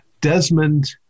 Desmond